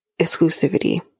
exclusivity